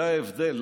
זה ההבדל.